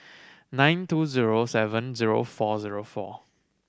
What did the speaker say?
nine two zero seven zero four zero four